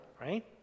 right